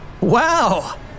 Wow